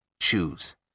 choose